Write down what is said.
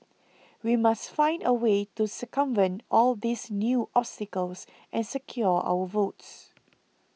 we must find a way to circumvent all these new obstacles and secure our votes